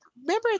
Remember